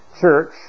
church